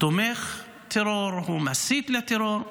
תומך טרור, מסית לטרור.